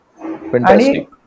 Fantastic